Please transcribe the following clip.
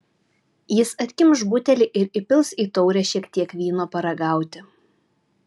jis atkimš butelį ir įpils į taurę šiek tiek vyno paragauti